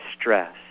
stress